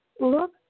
look